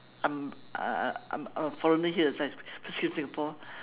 I'm uh I'm a foreigner here that's why first time I came to Singapore